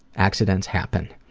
accidents happen.